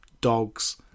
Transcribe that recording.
dogs